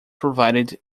provided